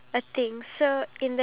ya